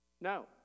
no